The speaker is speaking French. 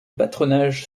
patronage